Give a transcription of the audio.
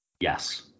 Yes